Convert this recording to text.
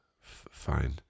fine